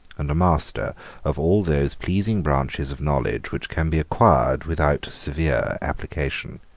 and a master of all those pleasing branches of knowledge which can be acquired without severe application.